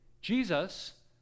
Jesus